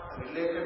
related